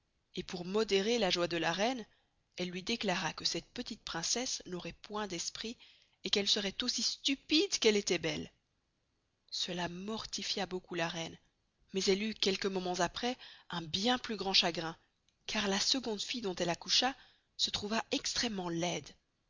et pour moderer la joye de la reine elle luy declara que cette petite princesse n'auroit point d esprit et qu'elle seroit aussi stupide qu'elle estoit belle cela mortifia beaucoup la reine mais elle eut quelques momens aprés un bien plus grand chagrin car la seconde fille dont elle accoucha se trouva extrémement laide